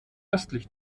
östlich